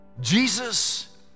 Jesus